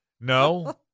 no